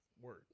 Word